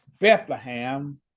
Bethlehem